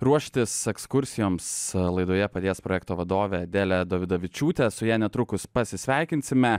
ruoštis ekskursijoms laidoje padės projekto vadovė adelė dovydavičiūtė su ja netrukus pasisveikinsime